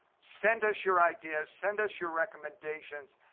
send us your ideas. send us your recommendations,